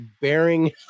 bearing